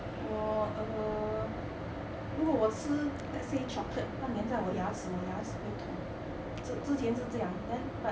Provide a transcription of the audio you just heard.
oh err 如果我吃 let's say chocolate 它粘在我牙齿我牙齿会痛之前是这样 then